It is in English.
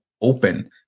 open